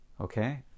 Okay